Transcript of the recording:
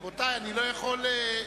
רבותי, אני לא יכול,